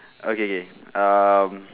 okay okay um